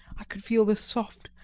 i could feel the soft,